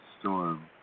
storm